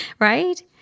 Right